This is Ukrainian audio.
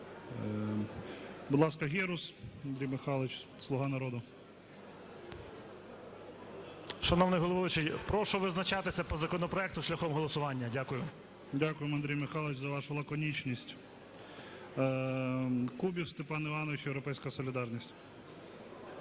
Будь ласка, Герус Андрій Михайлович, "Слуга народу". 13:53:57 ГЕРУС А.М. Шановний головуючий, прошу визначатися по законопроекту шляхом голосування. Дякую. ГОЛОВУЮЧИЙ. Дякуємо, Андрій Михайлович, за вашу лаконічність. Кубів Степан Іванович, "Європейська солідарність".